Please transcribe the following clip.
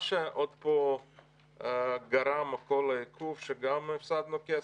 מה שעוד פה גרם לכל העיכוב שגם הספדנו כסף.